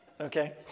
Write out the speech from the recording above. Okay